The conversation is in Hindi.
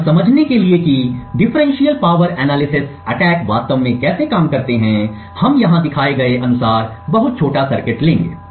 यह समझने के लिए कि डिफरेंशियल पावर एनालिसिस अटैक वास्तव में कैसे काम करते हैं हम यहां दिखाए गए अनुसार बहुत छोटा सर्किट लेंगे